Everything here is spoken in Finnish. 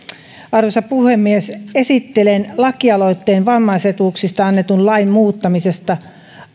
arvoisa puhemies esittelen lakialoitteen vammaisetuuksista annetun lain muuttamisesta